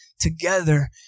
together